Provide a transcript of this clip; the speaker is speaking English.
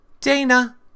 Dana